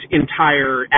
entire